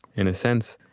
in a sense,